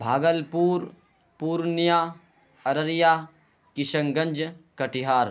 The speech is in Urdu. بھاگلپور پورنیہ ارریہ کشن گنج کٹیہار